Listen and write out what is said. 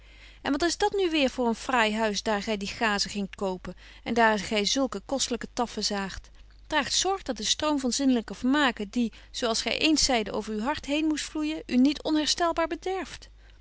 en wat is dat nu weêr voor een fraai huis daar gy die gazen gingt kopen en daar gy zulke kostelyke taffen zaagt draag zorg dat de stroom van zinnelyke vermaken die zo als gy eens zeide over uw hart heen moest vloeijen u niet onherstelbaar bederft